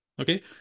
Okay